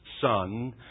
son